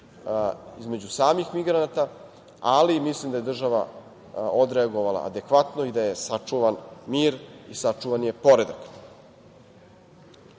između samih migranata, ali mislim da je država odreagova adekvatno i da je sačuvan mir i sačuvan je